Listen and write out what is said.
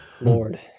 Lord